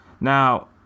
Now